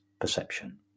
perception